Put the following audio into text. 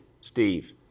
Steve